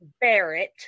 Barrett